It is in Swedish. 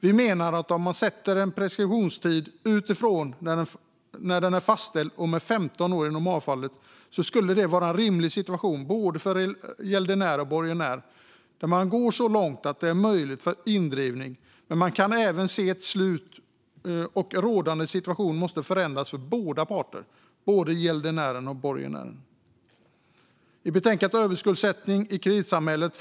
Vi menar att om man sätter en preskriptionstid utifrån när den är fastställd och med 15 år i normalfallet skulle det vara en rimlig situation för både gäldenär och borgenär där man går så långt det är möjligt för indrivning. Men man kan även se ett slut, och rådande situation måste förändras för båda parter, både gäldenären och borgenären. I betänkandet Överskuldsättning i kreditsamhället?